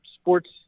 sports